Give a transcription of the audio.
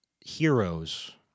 heroes